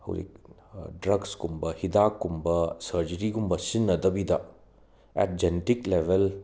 ꯍꯧꯖꯤꯛ ꯗ꯭ꯔꯛ꯭ꯁꯀꯨꯝꯕ ꯍꯤꯗꯥꯛ ꯀꯨꯝꯕ ꯁꯔꯖꯔꯤꯒꯨꯝꯕ ꯁꯤꯖꯤꯟꯅꯗꯕꯤꯗ ꯑꯦꯠ ꯖꯦꯅꯦꯇꯤꯛ ꯂꯦꯚꯦꯜ